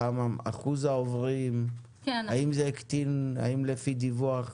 כמה אחוז העוברים, האם לפי דיווח,